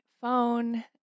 phone